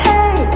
Hey